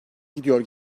gidiyor